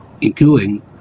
including